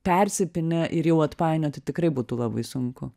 persipynę ir jau atpainioti tikrai būtų labai sunku